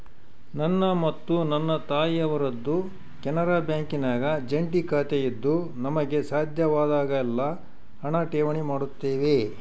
ನನ್ನ ಮತ್ತು ನನ್ನ ತಾಯಿಯವರದ್ದು ಕೆನರಾ ಬ್ಯಾಂಕಿನಾಗ ಜಂಟಿ ಖಾತೆಯಿದ್ದು ನಮಗೆ ಸಾಧ್ಯವಾದಾಗೆಲ್ಲ ಹಣ ಠೇವಣಿ ಮಾಡುತ್ತೇವೆ